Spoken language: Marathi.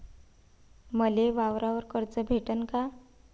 मले वावरावर कर्ज भेटन का?